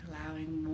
allowing